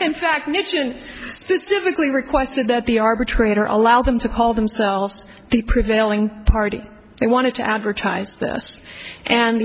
in fact mission specifically requested that the arbitrator allow them to call themselves the prevailing party they want to advertise this and the